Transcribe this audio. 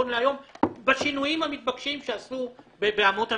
בשינויים המתבקשים שעשו באמות המידה.